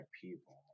people